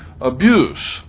abuse